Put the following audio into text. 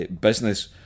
business